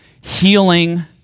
healing